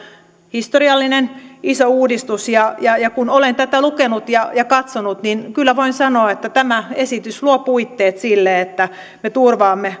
historiallinen iso uudistus ja ja kun olen tätä lukenut ja ja katsonut niin kyllä voin sanoa että tämä esitys luo puitteet sille että me turvaamme